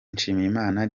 nshimiyimana